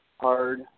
hard